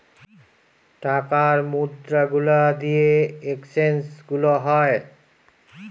টাকার মুদ্রা গুলা দিয়ে এক্সচেঞ্জ গুলো হয়